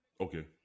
Okay